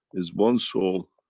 is one soul.